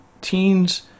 teens